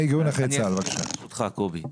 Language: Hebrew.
ברשותך, קובי.